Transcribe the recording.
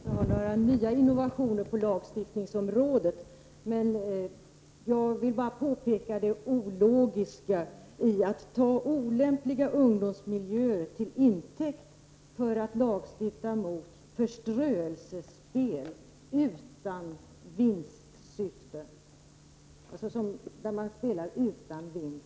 Herr talman! Det är i och för sig glädjande att Sven-Åke Nygårds inte har fler innovationer att komma med på lagstiftningsområdet. Jag vill då bara påpeka det ologiska i att ta olämpliga ungdomsmiljöer till intäkt för att lagstifta mot förströelsespel där man spelar utan vinst.